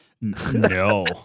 no